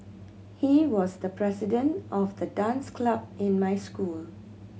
he was the president of the dance club in my school